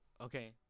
Okay